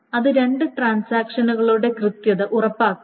അത് രണ്ട് ട്രാൻസാക്ഷനുകളുടെ കൃത്യത ഉറപ്പാക്കണം